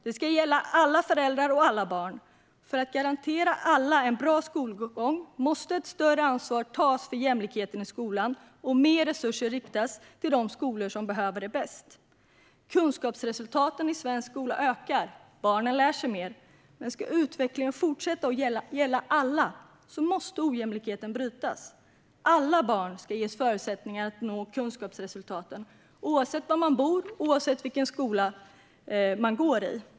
Det ska gälla alla föräldrar och alla barn. För att garantera alla en bra skolgång måste ett större ansvar tas för jämlikheten i skolan och mer resurser riktas till de skolor som behöver det bäst. Kunskapsresultaten i svensk skola ökar; barnen lär sig mer. Men ska utvecklingen fortsätta och gälla alla måste ojämlikheten brytas. Alla barn ska ges förutsättningar att nå kunskapsresultaten, oavsett var de bor eller vilken skola de går i.